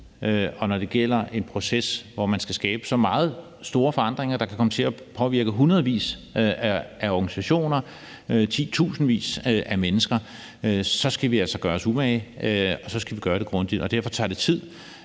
Og når det gælder en proces, hvor man skal skabe så store forandringer, der kan komme til at påvirke hundredvis af organisationer, titusindvis af mennesker, så skal vi altså gøre os umage, og så skal vi gøre det grundigt. Derfor tager tid,